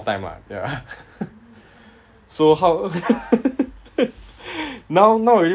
time ah ya so how now now already